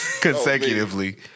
Consecutively